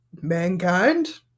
mankind